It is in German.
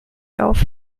auf